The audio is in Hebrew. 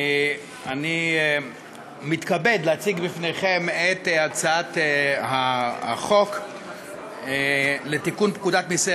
אני מתכבד להציג בפניכם את הצעת חוק לתיקון פקודת מסי